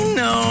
no